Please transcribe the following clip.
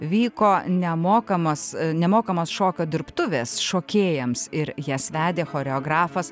vyko nemokamas nemokamos šokio dirbtuvės šokėjams ir jas vedė choreografas